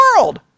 world